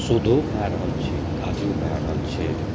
शोधो भए रहल छै काजो भए रहल छै